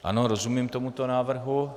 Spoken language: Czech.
Ano, rozumím tomuto návrhu.